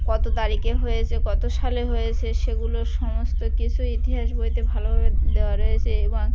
কত তারিখে হয়েছে কত সালে হয়েছে সেগুলো সমস্ত কিছুই ইতিহাস বইয়েতে ভালোভাবে দেওয়া রয়েছে এবং